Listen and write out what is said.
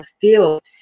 feel